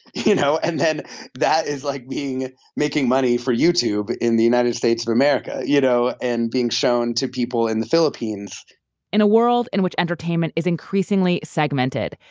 you know? and then that is like making money for youtube in the united states of america you know and being shown to people in the philippines in a world in which entertainment is increasingly segmented,